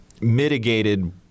mitigated